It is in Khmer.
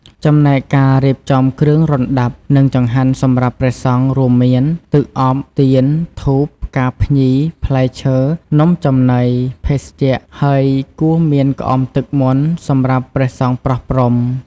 ចំណែកការរៀបចំគ្រឿងរណ្តាប់ និងចង្ហាន់សម្រាប់ព្រះសង្ឃ រួមមាន ទឹកអប់ ទៀន ធូប ផ្កាភ្ញី ផ្លែឈើ នំចំណី ភេសជ្ជៈ ហើយ គួរមានក្អមទឹកមន្តសម្រាប់ព្រះសង្ឃប្រោះព្រំ។